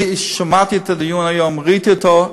שמעתי את הדיון היום, ראיתי אותו.